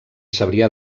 cebrià